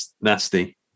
Nasty